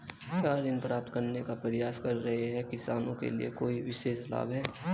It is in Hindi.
क्या ऋण प्राप्त करने का प्रयास कर रहे किसानों के लिए कोई विशेष लाभ हैं?